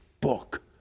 book